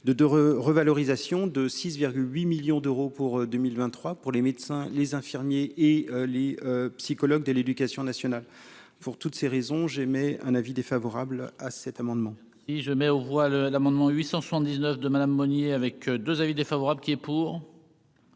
revalorisation de 6 8 millions d'euros pour 2023 pour les médecins, les infirmiers et les psychologues de l'Éducation nationale pour toutes ces raisons, j'émets un avis défavorable à cet amendement. Et je mets aux voix le l'amendement 879 de Madame Monier avec 2 avis défavorable qui est pour.